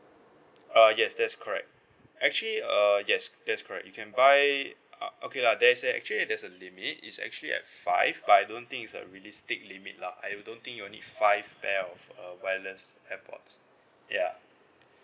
uh yes that's correct actually uh yes that's correct you can buy uh okay lah there's actually there's a limit it's actually at five but I don't think it's a realistic limit lah I don't think you'll need five pair of uh wireless airpods ya